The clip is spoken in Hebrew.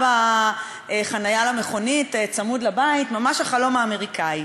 חניה למכונית בצמוד לבית, ממש החלום האמריקני.